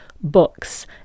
books